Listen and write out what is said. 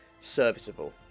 serviceable